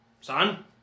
Son